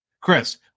Chris